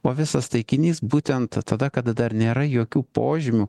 o visas taikinys būtent tada kada dar nėra jokių požymių